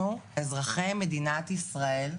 אזרחי מדינת ישראל,